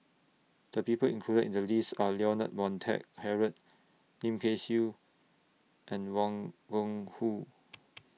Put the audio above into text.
The People included in The list Are Leonard Montague Harrod Lim Kay Siu and Wang Gungwu